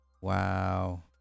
Wow